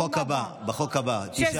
בחוק הבא, היו עימנו.